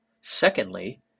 Secondly